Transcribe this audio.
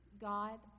God